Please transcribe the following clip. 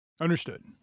Understood